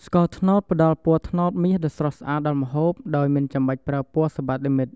ស្ករត្នោតផ្តល់ពណ៌ត្នោតមាសដ៏ស្រស់ស្អាតដល់ម្ហូប ដោយមិនចាំបាច់ប្រើពណ៌សិប្បនិម្មិត។